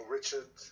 Richard